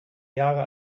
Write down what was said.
jahre